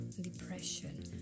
depression